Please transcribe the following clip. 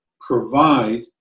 provide